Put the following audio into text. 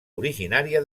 originària